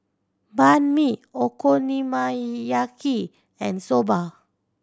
Banh Mi Okonomiyaki and Soba